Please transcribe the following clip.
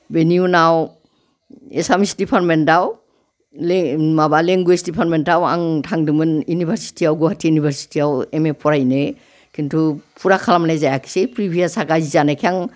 बेनि उनाव एसामिस डिपार्टमेन्टआव माबा लेंगुवेज डिपार्टमेन्टआव आं थांदोंमोन इउनिभारसिटियाव गुवाहाटि इउनिभारसिटियाव एमए फरायनो खिन्थु फुरा खालामनाय जायाखिसै प्रिभियासा गाज्रि जानायखाय आं